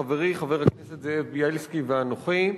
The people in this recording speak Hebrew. חברי חבר הכנסת זאב בילסקי ואנוכי.